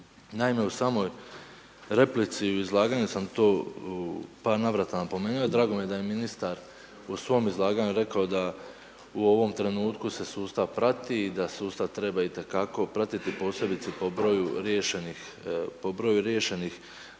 Naime, u samoj replici i u izlaganju sam to u par navrata napomenuo i drago mi je da je ministar u svom izlaganju rekao da u ovom trenutku se sustav prati i da sustav treba itekako pratiti posebice po broju riješenih slučajeva,